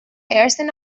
ersten